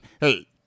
Hey